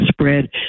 spread